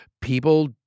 people